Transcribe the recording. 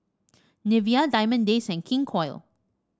Nivea Diamond Days and King Koil